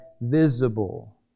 visible